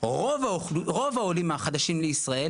חשוב לי לציין שאני לא מנהל לא עם אף